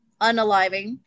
unaliving